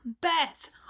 beth